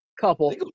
couple